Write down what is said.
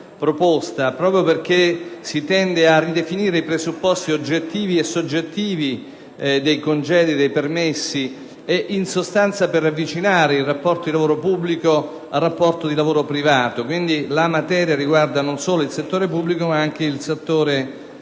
proprio perché si tende a ridefinire i presupposti oggettivi e soggettivi dei congedi e dei permessi per avvicinare il rapporto di lavoro pubblico a quello di lavoro privato. La materia riguarda quindi non solo il settore pubblico, ma anche quello privato.